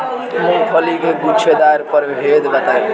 मूँगफली के गूछेदार प्रभेद बताई?